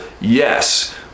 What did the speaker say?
yes